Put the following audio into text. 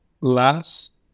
last